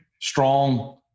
strong